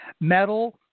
metal